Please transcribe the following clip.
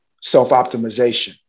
self-optimization